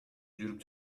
жүрүп